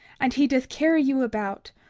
and he doth carry you about,